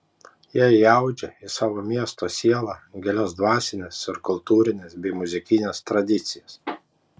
jie įaudžia į savo miesto sielą gilias dvasines ir kultūrines bei muzikines tradicijas